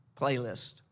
playlist